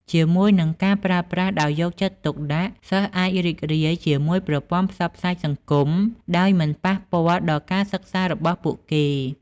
ជាមួយនឹងការប្រើប្រាស់ដោយយកចិត្តទុកដាក់ សិស្សអាចរីករាយជាមួយប្រព័ន្ធផ្សព្វផ្សាយសង្គមដោយមិនប៉ះពាល់ដល់ការសិក្សារបស់ពួកគេ។